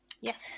Yes